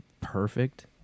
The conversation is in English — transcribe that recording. perfect